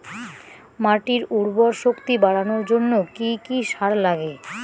মাটির উর্বর শক্তি বাড়ানোর জন্য কি কি সার লাগে?